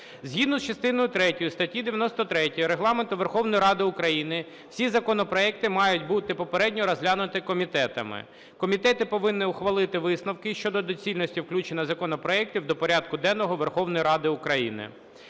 Згідно з частиною третьою статті 93 Регламенту Верховної Ради України всі законопроекти мають бути попередньо розглянуті комітетами. Комітети повинні ухвалити висновки щодо доцільності включення законопроектів до порядку денного Верховної Ради України.